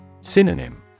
Synonym